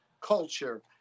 culture